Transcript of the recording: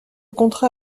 contrat